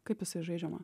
kaip jisai žaidžiama